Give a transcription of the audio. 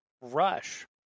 Rush